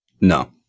no